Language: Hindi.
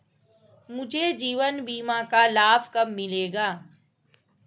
मुझे जीवन बीमा का लाभ कब मिलेगा?